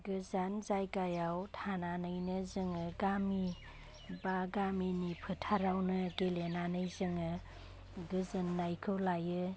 गोजान जायगायाव थानानैनो जोङो गामि बा गामिनि फोथारावनो गेलेनानै जोङो गोजोन्नायखौ लायो